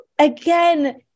again